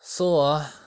so ah